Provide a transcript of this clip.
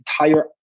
entire